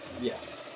Yes